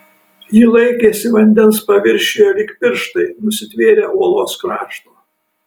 ji laikėsi vandens paviršiuje lyg pirštai nusitvėrę uolos krašto